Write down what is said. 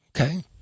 Okay